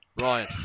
Ryan